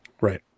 right